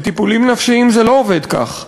בטיפולים נפשיים זה לא עובד כך.